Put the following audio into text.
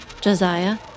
Josiah